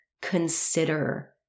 consider